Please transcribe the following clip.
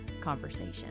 conversation